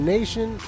Nation